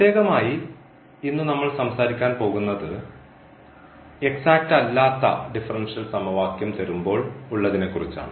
പ്രത്യേകമായി ഇന്നു നമ്മൾ സംസാരിക്കാൻ പോകുന്നത് എക്സാറ്റ് അല്ലാത്ത ഡിഫറൻഷ്യൽ സമവാക്യം തരുമ്പോൾ ഉള്ളതിനെ കുറിച്ചാണ്